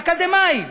אקדמאים,